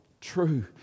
true